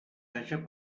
haja